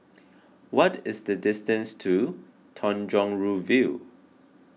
what is the distance to Tanjong Rhu View